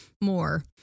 more